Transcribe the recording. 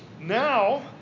Now